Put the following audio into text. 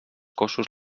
cossos